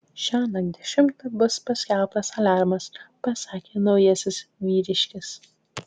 šiąnakt dešimtą bus paskelbtas aliarmas pasakė naujasis vyriškis